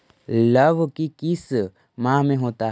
लव की किस माह में होता है?